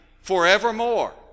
forevermore